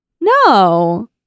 No